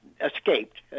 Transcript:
escaped